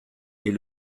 est